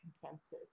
consensus